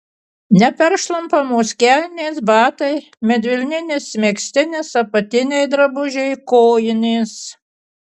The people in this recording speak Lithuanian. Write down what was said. neperšlampamos kelnės batai medvilninis megztinis apatiniai drabužiai kojinės